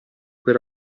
per